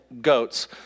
goats